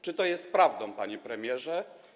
Czy to jest prawda, panie premierze?